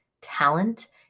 talent